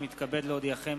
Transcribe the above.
אני מתכבד להודיעכם,